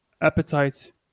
appetite